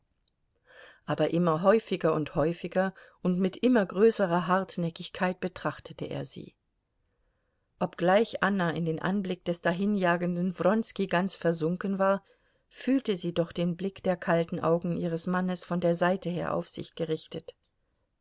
aber immer häufiger und häufiger und mit immer größerer hartnäckigkeit betrachtete er sie obgleich anna in den anblick des dahinjagenden wronski ganz versunken war fühlte sie doch den blick der kalten augen ihres mannes von der seite her auf sich gerichtet